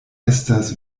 estas